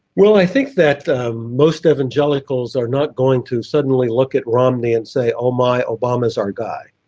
well, i think that most evangelicals are not going to suddenly look at romney and say, oh my, obama's our guy.